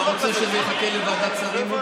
אתה רוצה שזה יחכה לוועדת שרים?